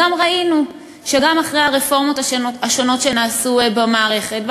ראינו שגם אחרי הרפורמות שנעשו במערכת,